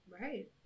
Right